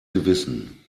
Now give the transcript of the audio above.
gewissen